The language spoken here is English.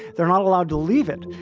they're not allowed to leave it.